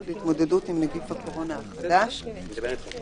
להתמודדות עם נגיף הקורונה החדש (הוראת שעה)